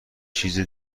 چیز